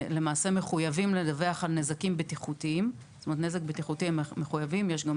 מחויבים לדווח על נזקים בטיחותיים, ויש גם